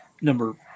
number